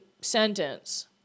sentence